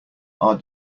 are